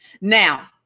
Now